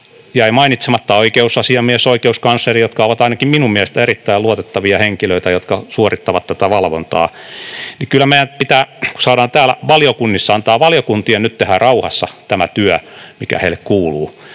jäi mainitsematta — oikeusasiamies, oikeuskansleri, jotka ovat ainakin minun mielestäni erittäin luotettavia henkilöitä, jotka suorittavat tätä valvontaa. Kyllä meidän pitää, kun saadaan tämä valiokuntiin, antaa valiokuntien nyt tehdä rauhassa tämä työ, mikä heille kuuluu.